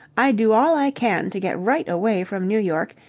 i do all i can to get right away from new york,